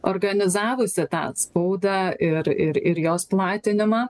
organizavusi tą spaudą ir ir ir jos platinimą